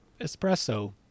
espresso